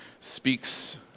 speaks